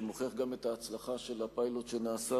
שגם מוכיח את ההצלחה של הפיילוט שנעשה